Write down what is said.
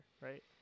right